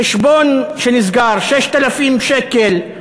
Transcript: חשבון שנסגר, 6,000 שקל,